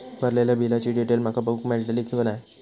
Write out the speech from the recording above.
भरलेल्या बिलाची डिटेल माका बघूक मेलटली की नाय?